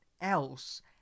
else